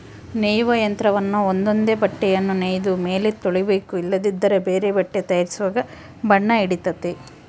ನೇಯುವ ಯಂತ್ರವನ್ನ ಒಂದೊಂದೇ ಬಟ್ಟೆಯನ್ನು ನೇಯ್ದ ಮೇಲೆ ತೊಳಿಬೇಕು ಇಲ್ಲದಿದ್ದರೆ ಬೇರೆ ಬಟ್ಟೆ ತಯಾರಿಸುವಾಗ ಬಣ್ಣ ಹಿಡಿತತೆ